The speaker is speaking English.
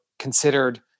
considered